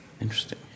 Interesting